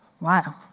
Wow